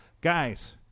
guys